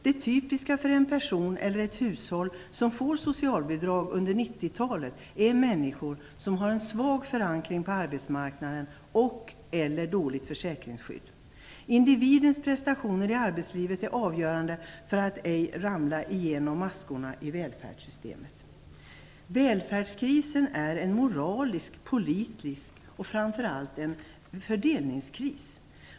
Det typiska för en person eller ett hushåll som får socialbidrag under 90-talet är svag förankring på arbetsmarknaden och/eller dåligt försäkringsskydd. Individens prestationer i arbetslivet är avgörande för att ej ramla igenom maskorna i välfärdssystemet. Välfärdskrisen är en moralisk och politisk kris och framför allt en fördelningskris.